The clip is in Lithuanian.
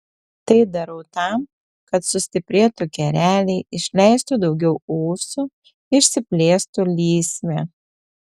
tai darau tam kad sustiprėtų kereliai išleistų daugiau ūsų išsiplėstų lysvė